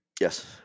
Yes